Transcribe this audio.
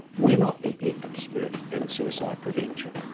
we're not the experts in suicide prevention.